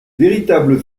véritable